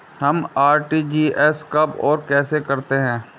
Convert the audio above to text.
हम आर.टी.जी.एस कब और कैसे करते हैं?